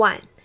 One